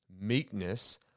meekness